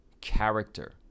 character